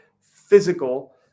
physical